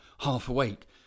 half-awake